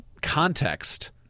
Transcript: context